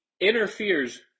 interferes